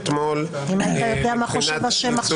אם היית יודע מה חושב השם עכשיו...